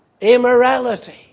immorality